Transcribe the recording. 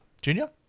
Junior